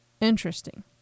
Interesting